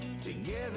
together